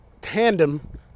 Tandem